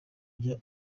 ajya